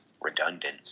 redundant